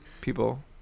People